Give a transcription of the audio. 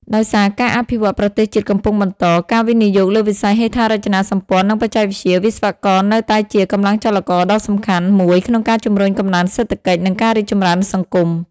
ដោយសារការអភិវឌ្ឍន៍ប្រទេសជាតិកំពុងបន្ត ការវិនិយោគលើវិស័យហេដ្ឋារចនាសម្ព័ន្ធ និងបច្ចេកវិទ្យា វិស្វករនៅតែជា កម្លាំងចលករដ៏សំខាន់ មួយក្នុងការជំរុញកំណើនសេដ្ឋកិច្ច និងការរីកចម្រើនសង្គម។